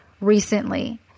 recently